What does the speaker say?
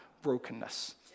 brokenness